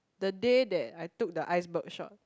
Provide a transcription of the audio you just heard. the day that I took the iceberg short